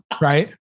Right